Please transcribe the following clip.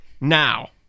Now